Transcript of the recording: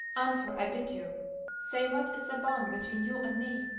answer, i bid you say what is the bond between you and me?